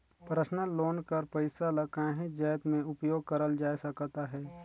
personal loan कर पइसा ल काहींच जाएत में उपयोग करल जाए सकत अहे